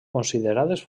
considerades